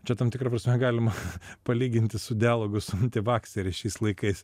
čia tam tikra prasme galima palyginti su dialogu su antivakseriais šiais laikais